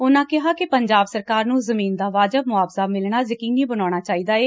ਉਹਨਾਂ ਕਿਹਾ ਕਿ ਪੰਜਾਬ ਸਰਕਾਰ ਨੂੰ ਜਮੀਨ ਦਾ ਵਾਜਬ ਮੁਆਵਜਾ ਮਿਲਣਾ ਯਕੀਨੀ ਬਣਾਉਣਾ ਚਾਹੀਦਾ ਏ